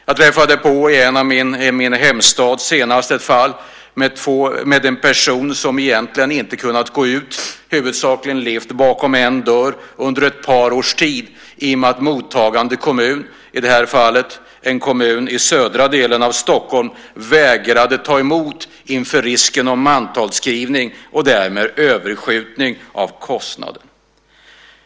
Jag träffade i min hemstad senast på ett fall med en person som egentligen inte kunnat gå ut utan huvudsakligen levt bakom en och samma dörr under ett par års tid i och med att mottagande kommun, i det här fallet en kommun i södra delen av Stockholm, vägrade ta emot inför risken för mantalsskrivning och därmed överskjutning av kostnader.